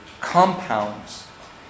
compounds